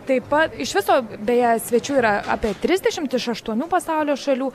taip pat iš viso beje svečių yra trisdešimt iš aštuonių pasaulio šalių